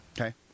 Okay